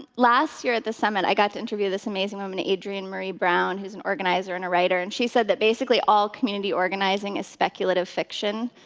last year at this summit, i got to interview this amazing woman, adrienne maree brown, who's an organizer and a writer. and she said that basically all community organizing is speculative fiction,